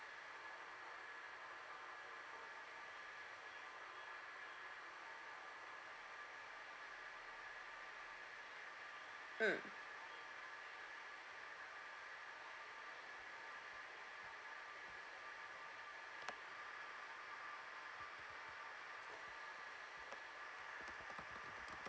mm